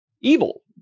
evil